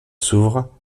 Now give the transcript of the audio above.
s’ouvre